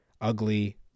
ugly